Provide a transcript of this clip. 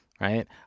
right